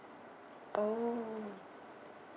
oh